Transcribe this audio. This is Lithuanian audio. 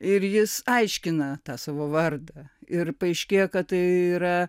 ir jis aiškina tą savo vardą ir paaiškėja kad tai yra